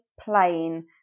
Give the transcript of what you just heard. plain